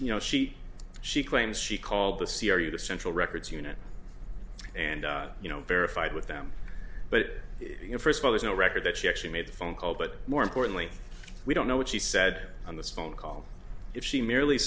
you know she she claims she called the c r u the central records unit and you know verified with them but you know first of all there's no record that she actually made a phone call but more importantly we don't know what she said on this phone call if she merely